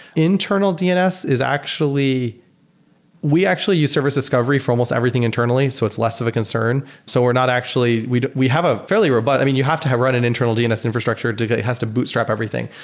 internal dns is actually we actually use service discovery for almost everything internally. so it's less of a concern. so we're not actually we we have a fairly robust i mean, you have to have run an internal dns infrastructure. it has to bootstrap everything.